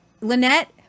Lynette